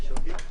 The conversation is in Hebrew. מי נגד?